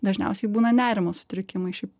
dažniausiai būna nerimo sutrikimai šiaip